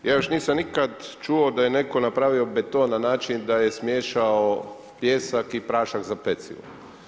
Ja još nikad nisam čuo da je netko napravio beton na način da je smiješao pijesak i prašak za pecivo.